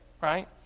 right